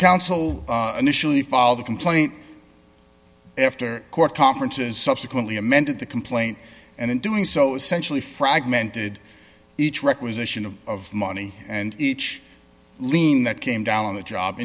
counsel initially filed a complaint after court conferences subsequently amended the complaint and in doing so essentially fragmented each requisition of money and each lien that came down on the job